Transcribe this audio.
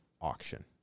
auction